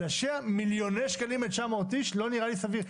להשקיע מיליוני שקלים ב-900 אנשים זה לא נראה לי סביר.